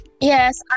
Yes